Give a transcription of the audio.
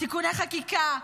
תיקוני חקיקה,